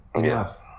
Yes